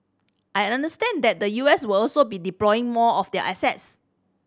I understand that the U S will also be deploying more of their assets